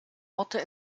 orte